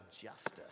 justice